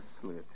slit